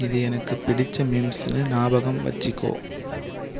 இது எனக்கு பிடித்த மீம்ஸுன்னு ஞாபகம் வச்சிக்கோ